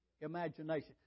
Imagination